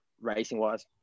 racing-wise